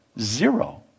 Zero